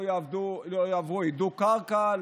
לא יעברו הידוק קרקע,